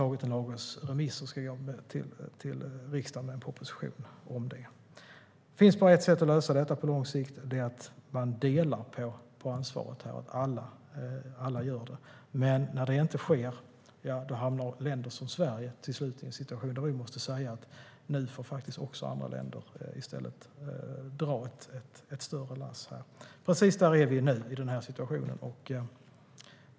Vi har en lagrådsremiss och ska lägga fram en proposition till riksdagen. Det finns bara ett sätt att på lång sikt lösa detta, och det är att alla delar på ansvaret. När det inte sker hamnar länder som Sverige till slut i en situation där vi måste säga att andra länder får dra ett större lass. Precis i den situationen är vi nu.